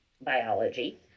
biology